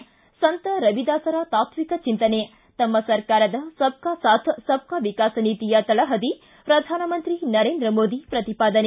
ಿ ಸಂತ ರವಿದಾಸರ ತಾತ್ಲಿಕ ಚಿಂತನೆ ತಮ್ಮ ಸರ್ಕಾರದ ಸಬ್ ಕಾ ಸಾಥ್ ಸಬ್ ಕಾ ವಿಕಾಸ್ ನೀತಿಯ ತಳಹದಿ ಪ್ರಧಾನಮಂತ್ರಿ ನರೇಂದ್ರ ಮೋದಿ ಪ್ರತಿಪಾದನೆ